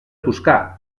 toscà